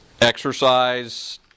exercise